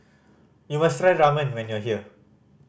you must try Ramen when you are here